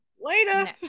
later